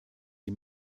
sie